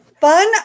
fun